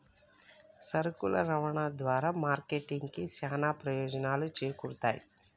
సరుకుల రవాణా ద్వారా మార్కెట్ కి చానా ప్రయోజనాలు చేకూరుతయ్